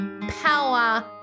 power